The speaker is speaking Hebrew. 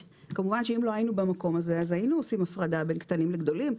כמובן שאם לא היינו במקום הזה אז היינו עושים הפרדה בין קטנים לגדולים.